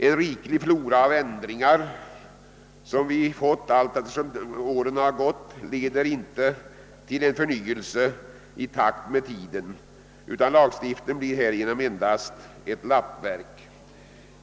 En rik flora av ändringar som vi fått allteftersom åren gått leder inte till en förnyelse i takt med tiden, utan lagstiftningen blir härigenom endast ett lappverk.